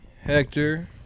Hector